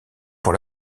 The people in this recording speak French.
pour